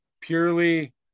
purely